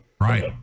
Right